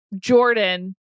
Jordan